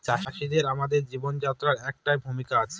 চাষিদের আমাদের জীবনযাত্রায় একটা ভূমিকা আছে